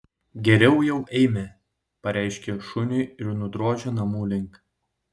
geriau jau eime pareiškė šuniui ir nudrožė namų link